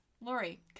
Lori